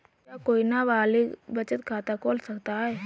क्या कोई नाबालिग बचत खाता खोल सकता है?